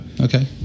Okay